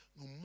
No